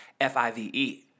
F-I-V-E